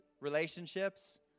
relationships